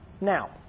Now